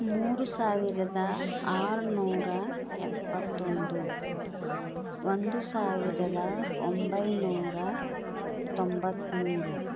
ಮೂರು ಸಾವಿರದ ಆರುನೂರ ಎಪ್ಪತ್ತೊಂದು ಒಂದು ಸಾವಿರದ ಒಂಬೈನೂರ ತೊಂಬತ್ತ್ಮೂರು